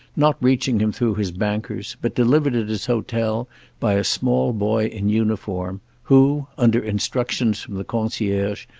not reaching him through his bankers, but delivered at his hotel by a small boy in uniform, who, under instructions from the concierge,